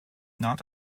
not